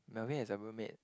Melvin has a roommate